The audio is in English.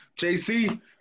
JC